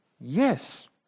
Yes